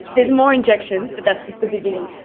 there's more injections, but that's just the beginning.